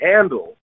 handle